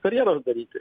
karjeros daryti